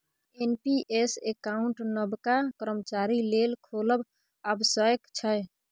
NPS account नबका कर्मचारी लेल खोलब आबश्यक छै